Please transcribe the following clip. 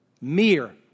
mere